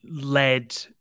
led